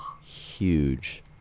huge